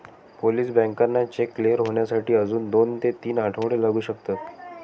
Polish बँकांना cheque clear होण्यासाठी अजून दोन ते तीन आठवडे लागू शकतात